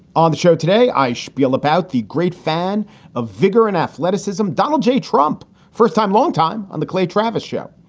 on the show today, i feel about the great fan of vigor and athleticism, donald j. trump, first time, long time on the clay travis show.